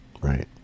Right